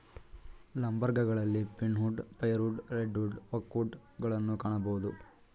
ಲಂಬರ್ಗಳಲ್ಲಿ pine wood, fire wood, red wood, oak wood ಗಳನ್ನು ಕಾಣಬೋದು